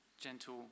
Gentle